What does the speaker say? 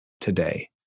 today